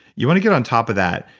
you want to get on top of that.